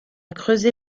creusé